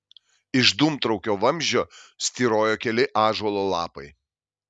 iš dūmtraukio vamzdžio styrojo keli ąžuolo lapai